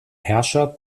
herrscher